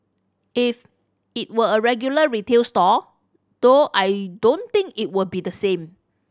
if it were a regular retail store though I don't think it would be the same